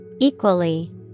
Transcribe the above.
Equally